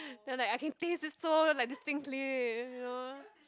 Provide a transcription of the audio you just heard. then I'm like I can taste this so like distinctly you know